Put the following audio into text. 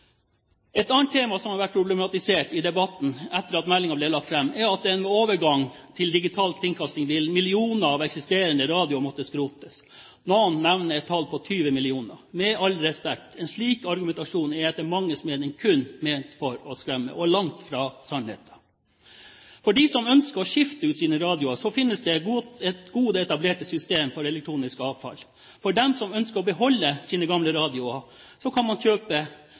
Et annet tema som har vært problematisert i debatten etter at meldingen ble lagt fram, er at ved overgang til digital kringkasting vil millioner av eksisterende radioer måtte skrotes – noen nevner et tall på 20 millioner. Med all respekt, en slik argumentasjon er etter manges mening kun ment for å skremme – og langt fra sannheten. For dem som ønsker å skifte ut sine radioer, finnes det gode, etablerte systemer for elektronisk avfall. De som ønsker å beholde sine gamle radioer, kan kjøpe